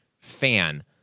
fan